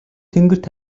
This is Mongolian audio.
тэнгэрт